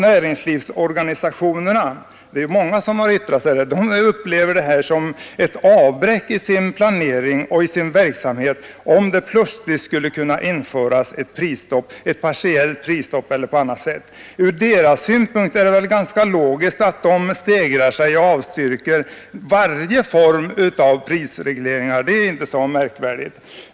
Näringsorganisationerna — och det är många som yttrat sig — upplever det som ett avbräck i sin planering och i sin verksamhet om det plötsligt skulle kunna införas ett prisstopp, antingen partiellt eller på annat sätt. Från deras synpunkt är det väl ganska logiskt att de stegrar sig och avstyrker varje form av prisreglering. Det är inte så märkvärdigt.